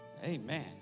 Amen